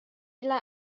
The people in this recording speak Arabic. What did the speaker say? إلى